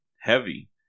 heavy